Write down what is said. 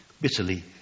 bitterly